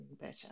better